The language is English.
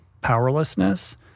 powerlessness